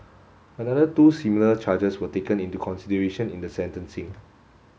another two similar charges were taken into consideration in the sentencing